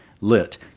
lit